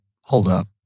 holdup